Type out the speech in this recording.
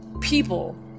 people